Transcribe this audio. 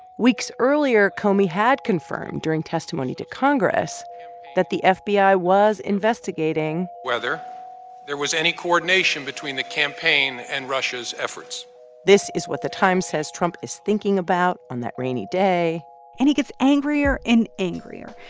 weeks earlier comey had confirmed during testimony to congress that the fbi was investigating. whether there was any coordination between the campaign and russia's efforts this is what the times says trump is thinking about on that rainy day and he gets angrier and angrier.